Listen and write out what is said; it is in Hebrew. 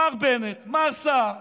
מר בנט, מר סער